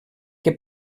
que